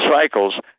cycles